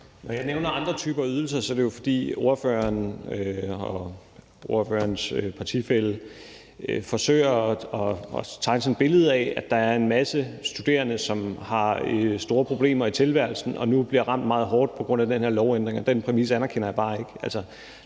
Når jeg nævner andre typer ydelser, er det jo, fordi ordføreren og ordførerens partifælle forsøger at tegne et billede af, at der er en masse studerende, som har store problemer i tilværelsen og nu bliver ramt meget hårdt på grund af den her lovændring, og den præmis anerkender jeg bare ikke.